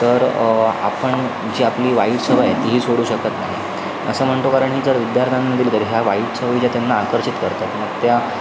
तर आपण जी आपली वाईट सवय आहे तीही सोडू शकत नाही असं म्हणतो कारण की जर विद्यार्थ्यांमधील जर ह्या वाईट सवयी ज्या त्यांना आकर्षित करतात मग त्या